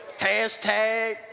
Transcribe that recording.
Hashtag